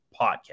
podcast